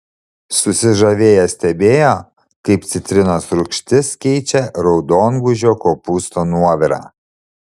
susižavėję stebėjo kaip citrinos rūgštis keičia raudongūžio kopūsto nuovirą